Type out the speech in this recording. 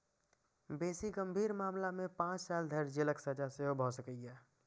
बेसी गंभीर मामला मे पांच साल धरि जेलक सजा सेहो भए सकैए